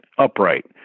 upright